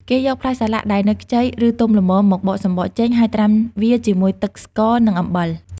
គេយកផ្លែសាឡាក់ដែលនៅខ្ចី ឬទុំល្មម មកបកសំបកចេញ ហើយត្រាំវាជាមួយនឹងទឹកស្ករនិងអំបិល។